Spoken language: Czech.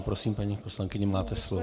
Prosím, paní poslankyně, máte slovo.